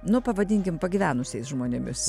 nu pavadinkim pagyvenusiais žmonėmis